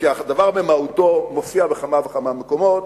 כי הדבר במהותו מופיע בכמה מקומות,